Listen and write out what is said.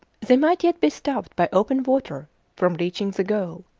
they might yet be stopped by open water from reaching the goal.